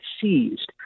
seized